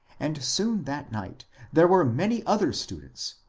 and soon that night there were many other students,